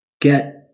Get